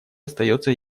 остается